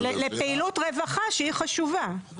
לפעילות רווחה שהיא חשובה.